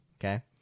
okay